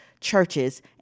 churches